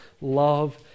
love